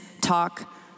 talk